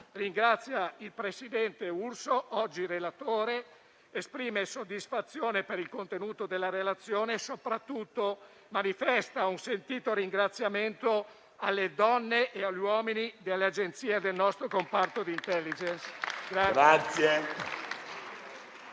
ringrazia il presidente Urso, oggi relatore, esprime soddisfazione per il contenuto della relazione e soprattutto manifesta un sentito ringraziamento alle donne e agli uomini delle agenzie del nostro comparto di *intelligence.*